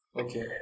Okay